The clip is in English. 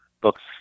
books